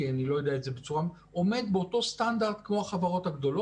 כי אני לא יודע את זה עומד באותו סטנדרט כמו החברות הגדולות,